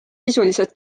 sisuliselt